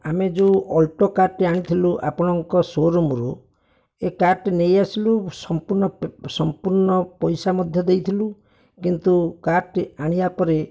ଆମେ ଯେଉଁ ଅଲ୍ଟୋ କାର୍ଟି ଆଣିଥିଲୁ ଆପଣଙ୍କ ସୋରୁମରୁ ଏଇ କାର୍ଟି ନେଇ ଆସିଲୁ ସମ୍ପୂର୍ଣ୍ଣ ସମ୍ପୂର୍ଣ୍ଣ ପଇସା ମଧ୍ୟ ଦେଇଥିଲୁ କିନ୍ତୁ କାର୍ଟି ଆଣିବା ପରେ